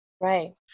right